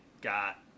got